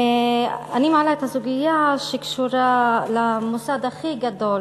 אני מעלה את הסוגיה שקשורה למוסד הכי גדול,